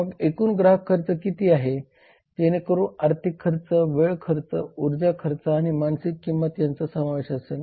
मग एकूण ग्राहक खर्च किती आहे जेणेकरून आर्थिक खर्च वेळ खर्च उर्जा खर्च आणि मानसिक किंमत यांचा समावेश असेल